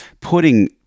putting